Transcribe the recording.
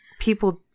people